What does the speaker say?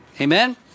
Amen